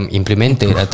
implemented